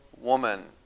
woman